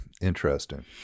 Interesting